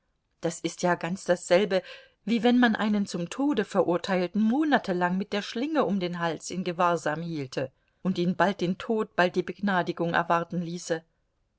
das ist ja ganz dasselbe wie wenn man einen zum tode verurteilten monatelang mit der schlinge um den hals in gewahrsam hielte und ihn bald den tod bald die begnadigung erwarten ließe